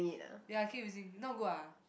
ya keep using not good ah